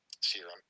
serum